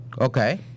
Okay